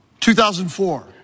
2004